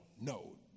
no